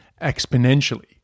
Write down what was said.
exponentially